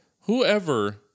whoever